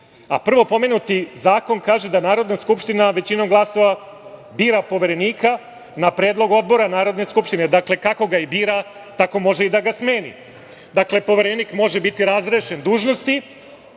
Prvo pomenuti zakon kaže da Narodna skupština većinom glasova bira Poverenika na predlog Odbora Narodne skupštine. Dakle, kako ga i bira, tako može i da ga smeni. Dakle, Poverenik može biti razrešen dužnosti,